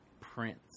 Prince